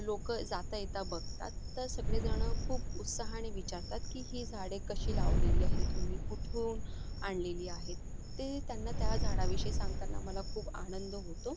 लोकं जाता येता बघतात तर सगळेजणं खूप उत्साहाने विचारतात की ही झाडे कशी लावलेली आहे तुम्ही कुठून आणलेली आहे ते त्यांना त्या झाडाविषयी सांगताना मला खूप आनंद होतो